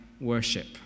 worship